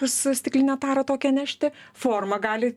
bus stiklinę tarą tokią nešti forma gali